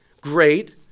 Great